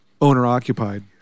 owner-occupied